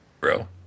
bro